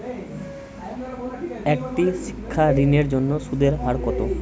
একটি শিক্ষা ঋণের জন্য সুদের হার কত?